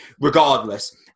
Regardless